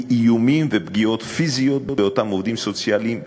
איומים ופגיעות פיזיות באותם עובדים סוציאליים,